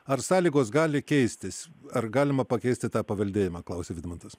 ar sąlygos gali keistis ar galima pakeisti tą paveldėjimą klausia vidmantas